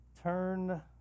Turn